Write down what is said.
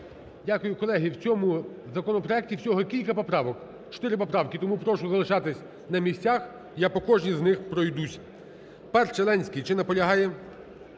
Дякую. Колеги, в цьому законопроекті всього кілька поправок, чотири поправки. Тому прошу залишатися на місцях, я по кожній з них пройдусь. 1-а, Ленський. Чи наполягає?